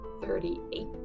Thirty-eight